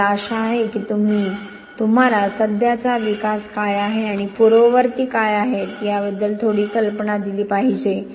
तर मला आशा आहे की मी तुम्हाला सध्याचा विकास काय आहे आणि पूर्ववर्ती काय आहेत याबद्दल थोडी कल्पना दिली आहे